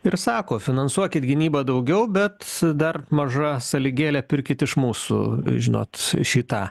ir sako finansuokit gynybą daugiau bet dar maža sąlygėlė pirkit iš mūsų žinot šį tą